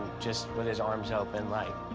just with his arms open. like,